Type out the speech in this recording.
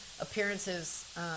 appearances